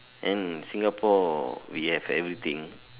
and Singapore we have everything